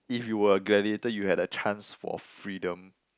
if you were a gladiator you had a chance for freedom